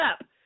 up